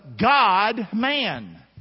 God-man